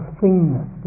thingness